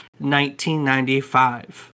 1995